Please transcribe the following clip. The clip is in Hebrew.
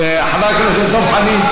חבר הכנסת דב חנין,